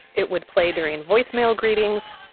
it would play during voicemail greetings.